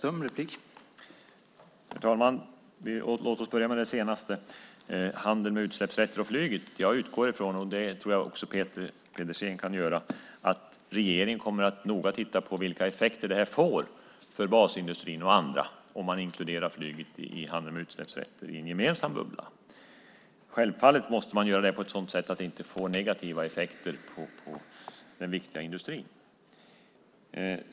Herr talman! Låt mig börja med det sistnämnda, med frågan om flyget och handeln med utsläppsrätter. Jag utgår från - och det tror jag att också Peter Pedersen kan göra - att regeringen noga kommer att titta på vilka effekter det blir för bland annat basindustrin om flyget inkluderas i handeln med utsläppsrätter i en gemensam bubbla. Självfallet måste man göra det på ett sådant sätt att det inte får negativa effekter för den viktiga industrin.